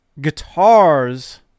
guitars